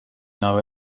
know